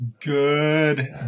Good